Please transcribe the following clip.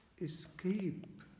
escape